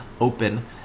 open